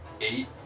eight